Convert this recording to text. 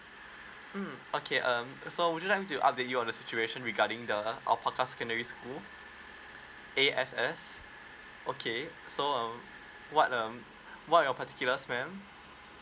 mm okay um so would you like to update you on the situation regarding the uh our pakar secondary school A_S_S okay so um what um what are your particular mam